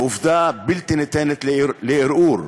עובדה בלתי ניתנת לערעור.